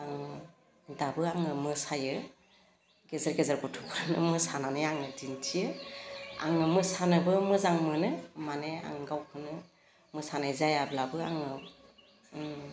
आं दाबो आङो मोसायो गेजेर गेजेर गथ'फ्रानो मोसानानै आंनो दिन्थियो आङो मोसानोबो मोजां मोनो माने आं गावखौनो मोसानाय जायाब्लाबो आङो उह